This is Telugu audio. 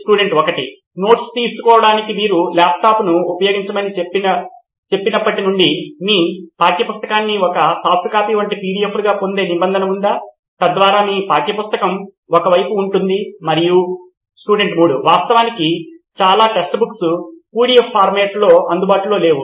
స్టూడెంట్ 1 నోట్స్ తీసుకోవటానికి మీరు ల్యాప్టాప్ను ఉపయోగించమని చెప్పినప్పటి నుండి మీ పాఠ్యపుస్తకాన్ని ఒక సాఫ్ట్ కాపీ వంటి పిడిఎఫ్లుగా పొందే నిబంధన ఉందా తద్వారా మీ పాఠ్య పుస్తకం ఒకే వైపు ఉంటుంది మరియు స్టూడెంట్ 3 వాస్తవానికి చాలా టెక్స్ట్ బుక్స్ పిడిఎఫ్ లో అందుబాటులో లేవు